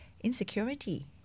insecurity